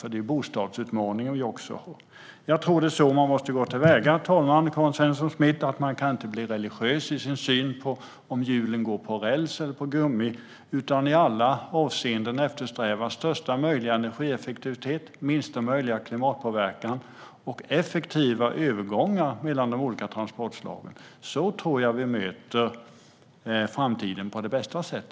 Jag tror att det är så man måste gå till väga, Karin Svensson Smith, nämligen att man inte kan bli religiös i sin syn på om hjulen går på räls eller på gummi utan i alla avseenden bör eftersträva största möjliga energieffektivitet, minsta möjliga klimatpåverkan och effektiva övergångar mellan de olika transportslagen. På det sättet tror jag att vi möter framtiden på bästa sätt.